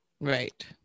Right